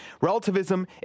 relativism